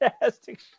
fantastic